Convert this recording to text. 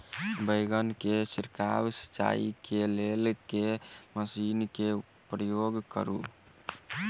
बैंगन केँ छिड़काव सिचाई केँ लेल केँ मशीन केँ प्रयोग करू?